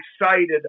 excited